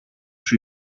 σου